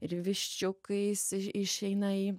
ir viščiukais išeina į